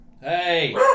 Hey